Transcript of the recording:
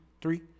three